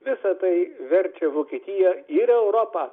visa tai verčia vokietiją ir europą